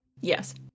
Yes